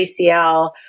ACL